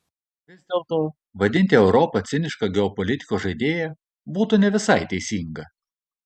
vis dėlto vadinti europą ciniška geopolitikos žaidėja būtų ne visai teisinga